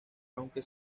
aunque